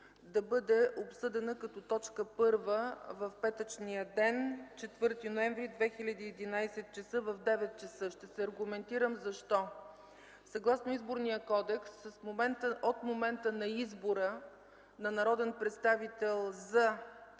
да бъде обсъдена като точка първа в петъчния ден – 4 ноември 2011 г. в 9,00 часа. Ще се аргументирам. Съгласно Изборния кодекс от момента на избора на народен представител за кмет